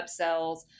upsells